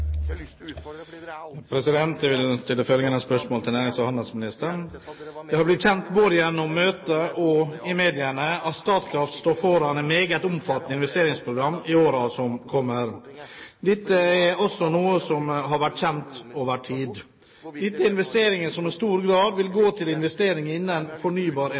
Jeg vil stille følgende spørsmål til nærings- og handelsministeren: «Det har blitt kjent både gjennom møter og mediene at Statkraft står foran et meget omfattende investeringsprogram i årene som kommer. Dette er også noe som har vært kjent over tid. Dette er investeringer som i stor grad vil gå til investeringer innen